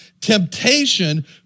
Temptation